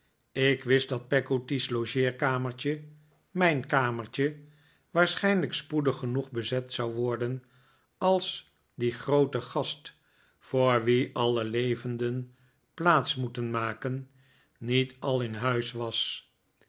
ik wist dat peggotty's logeerkamertje mijn kamertje waarschijnlijk spoedig genoeg bezet zou wordeh als die groote gast voor wien ajlle levenden plaats moeten maken niet al in huis was